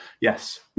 yes